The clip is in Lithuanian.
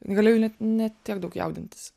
galėjau net ne tiek daug jaudintis